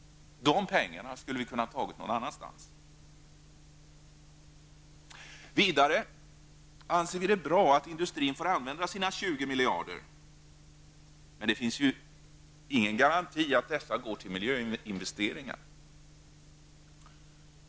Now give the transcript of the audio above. Dessa pengar skulle vi ha kunnat ta någon annanstans. Vi anser att det är bra att industrin får använda sina 20 miljarder kronor, men det finns ingen garanti för att dessa går till miljöinvesteringar.